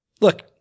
look